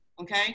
Okay